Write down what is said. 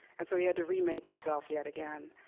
and so he had to remake himself yet again.